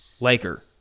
Laker